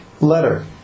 letter